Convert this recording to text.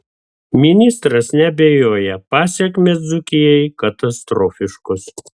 ministras neabejoja pasekmės dzūkijai katastrofiškos